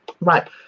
Right